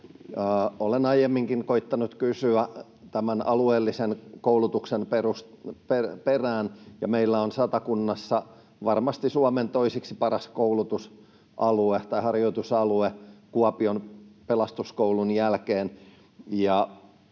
Olen aiemminkin koettanut kysyä tämän alueellisen koulutuksen perään. Meillä on Satakunnassa varmasti Suomen toiseksi paras koulutusalue tai harjoitusalue Kuopion Pelastuskoulun jälkeen.